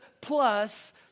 plus